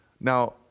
Now